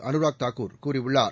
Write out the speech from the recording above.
அனுராக் தாக்கூர் கூறியுள்ளார்